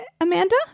Amanda